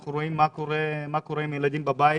אנחנו רואים מה קורה עם הילדים בבית,